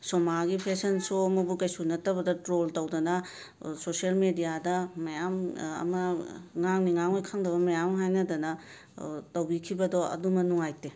ꯁꯣꯃꯥꯒꯤ fashion ꯁꯣ ꯑꯃꯕꯨ ꯀꯔꯤꯁꯨ ꯅꯠꯇꯕꯗ ꯇ꯭ꯔꯣꯜ ꯇꯧꯗꯅ ꯁꯣꯁ꯭ꯌꯦꯜ ꯃꯦꯗꯤꯌꯥꯗ ꯃꯌꯥꯝ ꯑꯃ ꯉꯥꯡꯅꯤ ꯉꯥꯡꯉꯣꯏ ꯈꯪꯗꯕ ꯃꯌꯥꯝꯃ ꯍꯥꯏꯅꯗꯅ ꯇꯧꯕꯤꯈꯤꯕꯗꯣ ꯑꯗꯨꯃ ꯅꯨꯡꯉꯥꯏꯇꯦ